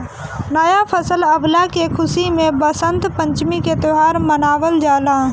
नया फसल अवला के खुशी में वसंत पंचमी के त्यौहार मनावल जाला